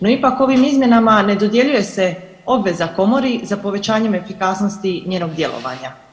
No ipak ovim izmjena ne dodjeljuje se obveza komori za povećanjem efikasnosti njenog djelovanja.